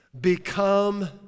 Become